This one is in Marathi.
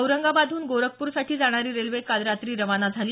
औरंगाबादहून गोरखपूरसाठी जाणारी रेल्वे काल रात्री खाना झाली